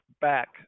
back